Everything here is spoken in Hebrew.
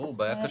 זו בעיה קשה.